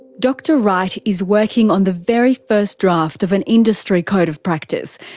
dr wright is working on the very first draft of an industry code of practice.